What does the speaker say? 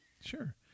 Sure